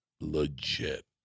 legit